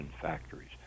factories